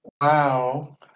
Wow